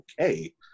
okay